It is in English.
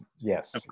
Yes